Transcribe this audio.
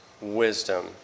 wisdom